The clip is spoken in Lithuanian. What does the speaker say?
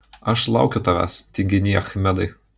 aš laukiu tavęs tinginy achmedai